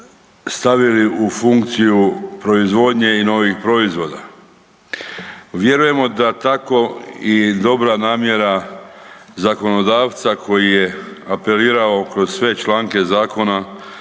stavili u funkciju proizvodnje i novih proizvoda. Vjerujemo da tako i dobra namjera zakonodavca koji je apelirao kroz sve članke zakona